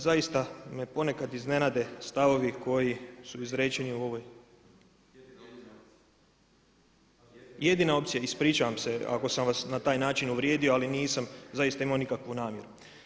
Zaista me ponekad iznenade stavovi koji su izrečeni u ovoj … [[Upadica se ne razumije.]] Jedina opcija, ispričavam se ako sam vas na taj način uvrijedio, ali nisam zaista imao nikakvu namjeru.